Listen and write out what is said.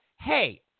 hey